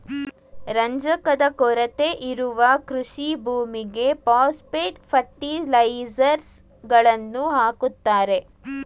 ರಂಜಕದ ಕೊರತೆ ಇರುವ ಕೃಷಿ ಭೂಮಿಗೆ ಪಾಸ್ಪೆಟ್ ಫರ್ಟಿಲೈಸರ್ಸ್ ಗಳನ್ನು ಹಾಕುತ್ತಾರೆ